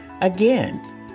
Again